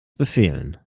befehlen